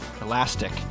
elastic